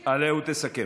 עלה וסכם.